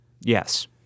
Yes